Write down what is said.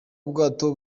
ubwato